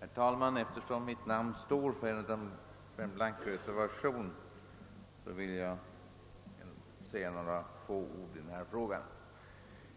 Herr talman! Eftersom jag står för en blank reservation vill jag säga några få ord i den här frågan.